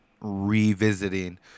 revisiting